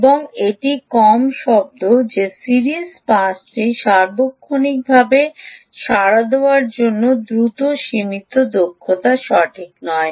এবং এটি কম শব্দ যে সিরিজ পাসটি সার্বক্ষণিকভাবে সাড়া দেওয়ার জন্য দ্রুত সীমিত দক্ষতা সঠিক নয়